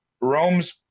Rome's